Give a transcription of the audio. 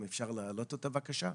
אם אפשר להעלות אותו בבקשה,